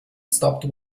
stopped